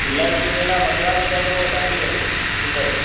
इलायची केला पंद्रहं रुपिया अथव दादी किलो